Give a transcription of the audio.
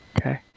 Okay